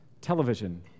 Television